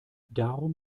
darum